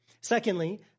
Secondly